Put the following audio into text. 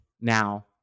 now